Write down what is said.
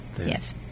Yes